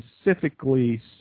specifically